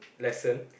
lesson